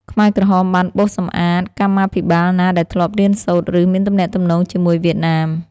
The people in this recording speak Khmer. ខ្មែរក្រហមបានបោសសម្អាតកម្មាភិបាលណាដែលធ្លាប់រៀនសូត្រ ឬមានទំនាក់ទំនងជាមួយវៀតណាម។